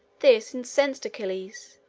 this incensed achilles,